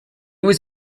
was